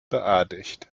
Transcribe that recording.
beerdigt